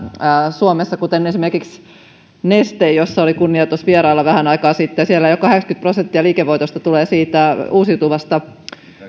suomessa kuten esimerkiksi neste jossa oli kunnia vierailla tuossa vähän aikaa sitten siellä jo kahdeksankymmentä prosenttia liikevoitosta tulee siitä uusiutuvasta